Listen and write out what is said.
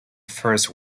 first